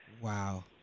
wow